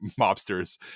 mobsters